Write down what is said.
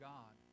God